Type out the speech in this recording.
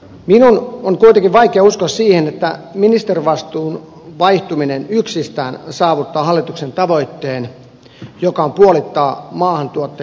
minun on kuitenkin vaikea uskoa siihen että ministerivastuun vaihtuminen yksistään saavuttaa hallituksen tavoitteen joka on puolittaa maahanmuuttajien työttömyys